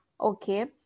okay